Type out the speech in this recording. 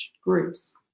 groups